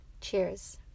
Cheers